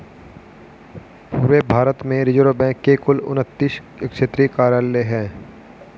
पूरे भारत में Reserve Bank के कुल उनत्तीस क्षेत्रीय कार्यालय हैं